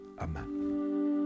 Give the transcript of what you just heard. Amen